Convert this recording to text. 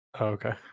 Okay